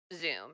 Zoom